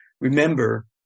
Remember